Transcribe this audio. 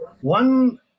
one